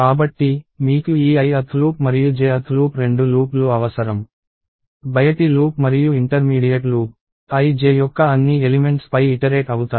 కాబట్టి మీకు ఈ ith లూప్ మరియు jth లూప్ రెండు లూప్లు అవసరం బయటి లూప్ మరియు ఇంటర్మీడియట్ లూప్ ij యొక్క అన్ని ఎలిమెంట్స్ పై ఇటరేట్ అవుతాయి